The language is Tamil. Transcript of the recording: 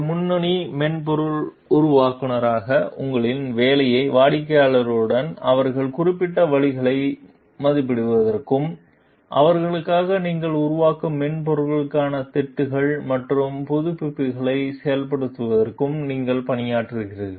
ஒரு முன்னணி மென்பொருள் உருவாக்குநராக உங்கள் வேலையில் வாடிக்கையாளர்களுடன் அவர்களின் குறிப்பிட்ட வழிகளை மதிப்பிடுவதற்கும் அவர்களுக்காக நீங்கள் உருவாக்கிய மென்பொருளுக்கான திட்டுகள் மற்றும் புதுப்பிப்புகளை செயல்படுத்துவதற்கும் நீங்கள் பணியாற்றுகிறீர்கள்